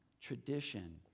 tradition